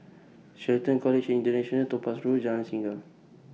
Shelton College International Topaz Road Jalan Singa